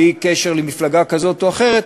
בלי קשר למפלגה כזו או אחרת,